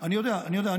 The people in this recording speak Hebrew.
אני יודע, אני יודע.